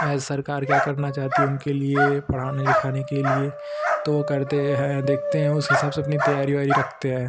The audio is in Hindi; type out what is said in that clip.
है सरकार क्या करना चाहती है उनके लिए पढ़ाने लिखाने के लिए तो वह करते हैं देखते हैं उस हिसाब से अपनी तैयारी वैयारी रखते हैं